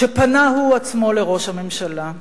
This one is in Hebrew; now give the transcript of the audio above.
כשפנה הוא עצמו אל ראש הממשלה.